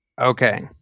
Okay